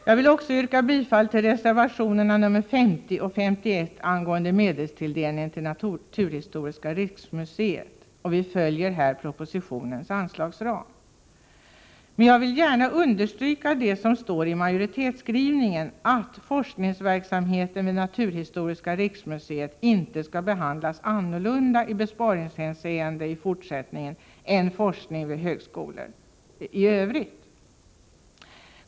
Jag vill också yrka bifall till reservationerna 50 och 51 angående medelstilldelningen till Naturhistoriska riksmuseet. Vi följer här propositionens anslagsram. Jag vill gärna understryka det som står i majoritetsskrivningen, nämligen att forskningsverksamheten vid Naturhistoriska riksmuseet inte skall behandlas annorlunda i besparingshänseende i fortsättningen än forskning vid högskolor i övrigt.